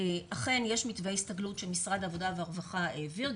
אכן יש מתווה הסתגלות שמשרד העבודה והרווחה העביר,